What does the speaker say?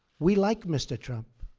we like mr. trump.